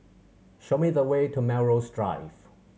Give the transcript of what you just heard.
show me the way to Melrose Drive